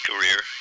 career